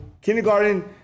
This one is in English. Kindergarten